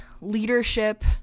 leadership